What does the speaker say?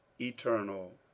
eternal